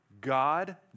God